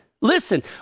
listen